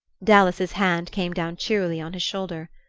dallas's hand came down cheerily on his shoulder.